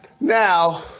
Now